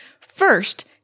First